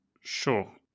Sure